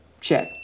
Check